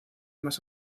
más